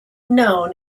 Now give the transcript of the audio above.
known